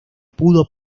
pudo